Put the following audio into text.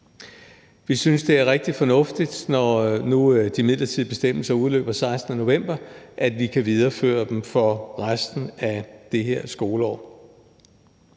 Vi synes, det er rigtig fornuftigt, at vi, når nu de midlertidige bestemmelser udløber den 16. november, kan videreføre dem for resten af det her skoleår.